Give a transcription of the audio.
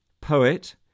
poet